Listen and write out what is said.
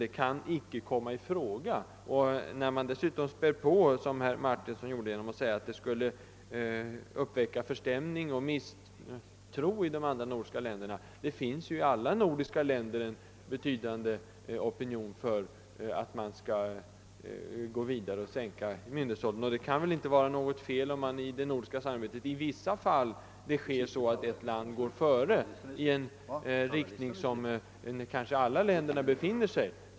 Herr Martinsson spädde dessutom på genom att säga, att det skulle väcka förstämning och misstro i de andra nordiska länderna. Det finns ju i alla de nordiska länderna en betydande opinion för en ytterligare sänkt myndighetsålder. Det kan väl inte vara något fel om i vissa fall ett land går före de övriga i en riktning som alla länder är inne på.